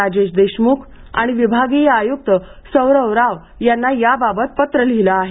राजेश देशमुख आणि विभागीय आयुक्त सौरव राव यांना याबाबत पत्र लिहिलं आहे